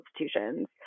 institutions